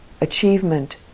achievement